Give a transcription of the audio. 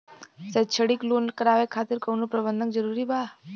शैक्षणिक लोन करावे खातिर कउनो बंधक जरूरी बा?